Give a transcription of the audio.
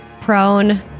prone